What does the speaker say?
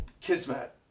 kismet